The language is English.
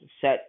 set